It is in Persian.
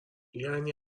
یعنی